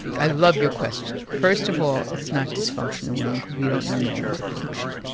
i love your question. first of all it's not dysfunction in women because we don't know normative function.